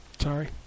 Sorry